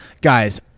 Guys